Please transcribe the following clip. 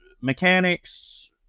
mechanics